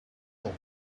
will